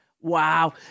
Wow